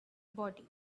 body